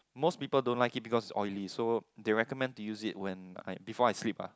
most people don't like it because it's oily so they recommend to use it when I before I sleep ah